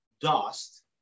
dust